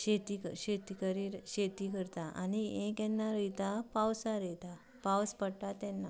शेती क शेती करीर शेती करता आनी यें केन्ना रोयता पावसा रोयता पावस पडटा तेन्ना